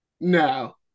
No